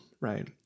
Right